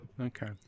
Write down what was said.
Okay